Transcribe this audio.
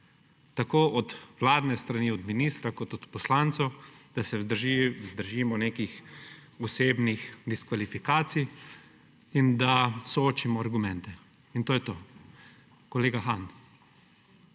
tako od vladne strani, od ministra kot tudi od poslancev –, da se vzdržimo nekih osebnih diskvalifikacij in da soočimo argumente. In to je to. Koleg Han,